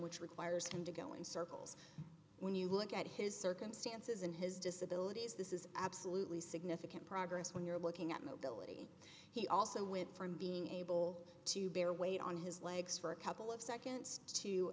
which requires him to go in circles when you look at his circumstances and his disability this is absolutely significant progress when you're looking at mobility he also went from being able to bear weight on his legs for a couple of seconds to